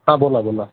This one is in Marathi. हां बोला बोला